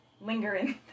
lingering